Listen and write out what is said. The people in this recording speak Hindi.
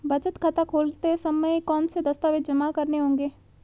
बचत खाता खोलते समय कौनसे दस्तावेज़ जमा करने होंगे?